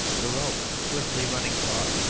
the rope swiftly running taut,